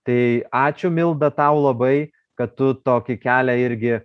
tai ačiū milda tau labai kad tu tokį kelią irgi